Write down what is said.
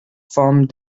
formed